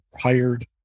hired